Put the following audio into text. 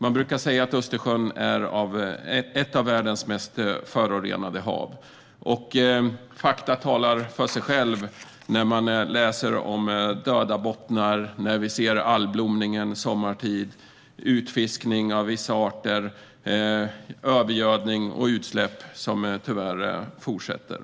Man brukar säga att Östersjön är ett av världens mest förorenade hav. Fakta talar för sig själva. Det är döda bottnar, algblomning sommartid, utfiskning av vissa arter samt övergödning och utsläpp som tyvärr fortsätter.